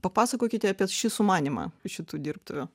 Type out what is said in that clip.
papasakokite apie šį sumanymą šitų dirbtuvių